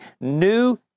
new